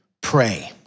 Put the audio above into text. pray